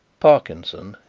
parkinson,